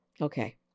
Okay